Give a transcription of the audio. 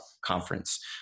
conference